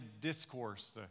discourse